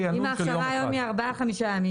אם ההכשרה היום היא ארבעה-חמישה ימים,